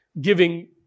giving